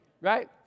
Right